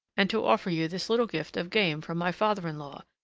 and to offer you this little gift of game from my father-in-law,